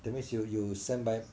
that means you you send by